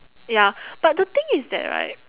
ya but the thing is that right